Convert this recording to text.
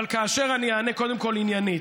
אבל אני אענה קודם כול עניינית.